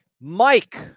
Mike